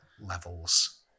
levels